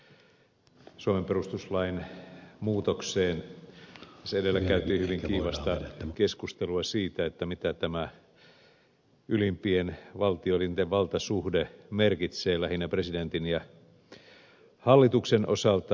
tässä edellä käytiin hyvin kiivasta keskustelua siitä mitä tämä ylimpien valtioelinten valtasuhde merkitsee lähinnä presidentin ja hallituksen osalta